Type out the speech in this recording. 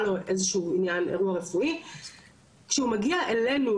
כשהוא מגיע אלינו לבחינה של נושא הפיקדון שלו,